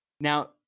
Now